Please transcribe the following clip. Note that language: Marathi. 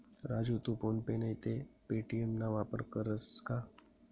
राजू तू फोन पे नैते पे.टी.एम ना वापर करस का?